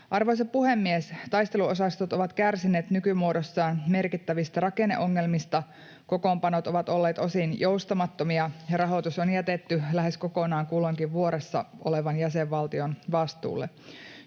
Arvoisa puhemies! Taisteluosastot ovat kärsineet nykymuodossaan merkittävistä rakenneongelmista, kokoonpanot ovat olleet osin joustamattomia, ja rahoitus on jätetty lähes kokonaan kulloinkin vuorossa olevan jäsenvaltion vastuulle.